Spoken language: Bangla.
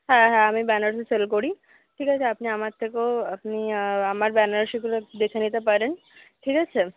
হ্যাঁ হ্যাঁ আমি বেনারসি সেল করি ঠিক আছে আপনি আমার থেকেও আপনি আমার বেনারসিগুলোও দেখে নিতে পারেন ঠিক আছে